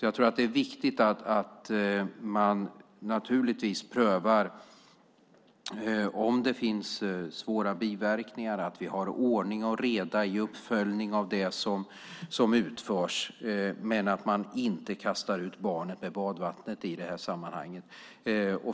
Jag tror att det är viktigt att pröva om det finns svåra biverkningar, att det är ordning och reda i uppföljningen av det som utförs men att man inte kastar ut barnet med badvattnet i detta sammanhang.